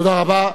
תודה רבה.